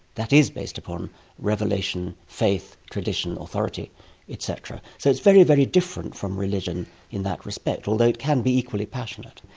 that is based upon revelation, faith, tradition, authority et cetera. so it's very, very different from religion in that respect, although it can be equally passionate.